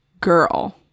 girl